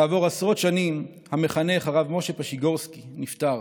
כעבור עשרות שנים המחנך והרב משה פשיגורסקי נפטר.